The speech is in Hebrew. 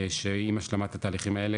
שעם השלמת התהליכים האלה,